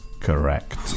Correct